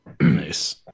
Nice